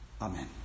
Amen